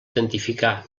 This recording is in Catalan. identificar